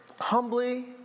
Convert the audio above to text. humbly